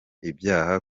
ibyaha